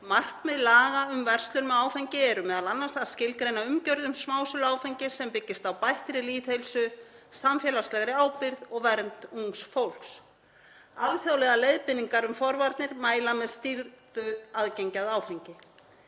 Markmið laga um verslun með áfengi eru m.a. að skilgreina umgjörð um smásölu áfengis sem byggist á bættri lýðheilsu og samfélagslegri ábyrgð og vernd ungs fólks. Alþjóðlegar leiðbeiningar um forvarnir mæla með stýrðu aðgengi að áfengi.